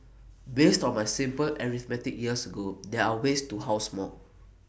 based on my simple arithmetic years ago there are ways to house more